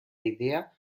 idea